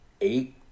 eight